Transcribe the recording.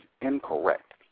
incorrect